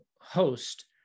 host